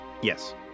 Yes